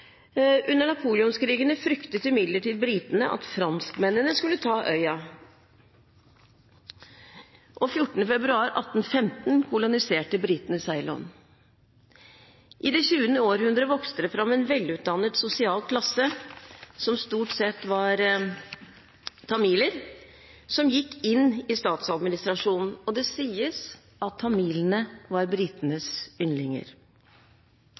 Under Napoleonskrigene fryktet imidlertid britene at franskmennene skulle ta øya. 14. februar 1815 koloniserte britene Ceylon. I det 20 århundret vokste det fram en velutdannet sosial klasse – som stort sett besto av tamiler – som gikk inn i statsadministrasjonen. Det sies at tamilene var britenes